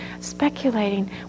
speculating